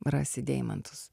rasi deimantus